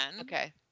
Okay